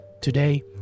Today